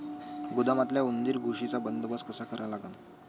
गोदामातल्या उंदीर, घुशीचा बंदोबस्त कसा करा लागन?